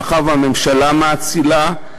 מאחר שהממשלה מאצילה,